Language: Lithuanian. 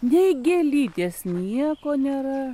nei gėlytės nieko nėra